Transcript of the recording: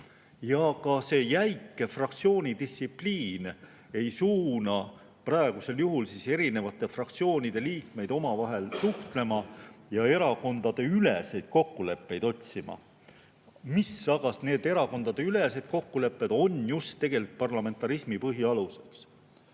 Ka see jäik fraktsiooni distsipliin ei suuna praegusel juhul erinevate fraktsioonide liikmeid omavahel suhtlema ja erakondadeüleseid kokkuleppeid otsima. Aga just need erakondadeülesed kokkulepped on tegelikult parlamentarismi põhialus.